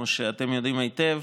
כמו שאתם יודעים היטב,